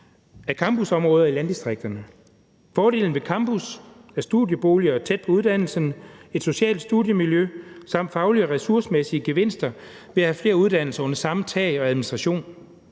af campusområder i landdistrikterne. Fordelen ved campusser er studieboliger tæt på uddannelsen, et socialt studiemiljø samt faglige og ressourcemæssige gevinster ved at have flere uddannelser under samme tag og administration.